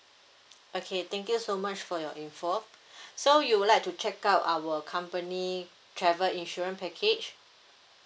okay thank you so much for your info so you would like to check out our company travel insurance package